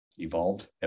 evolved